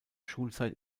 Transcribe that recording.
schulzeit